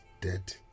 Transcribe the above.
dead